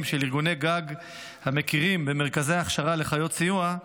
של ארגוני גג המכירים במרכזי הכשרה לחיות סיוע,